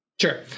Sure